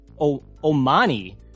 Omani